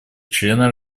члена